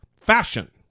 fashion